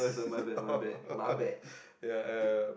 yeah